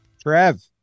Trev